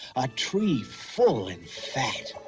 a tree full and fat.